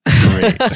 Great